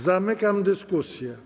Zamykam dyskusję.